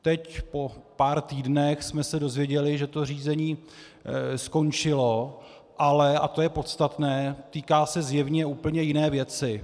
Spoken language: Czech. Teď po pár týdnech jsme se dozvěděli, že to řízení skončilo, ale a to je podstatné týká se zjevně úplně jiné věci.